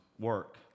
work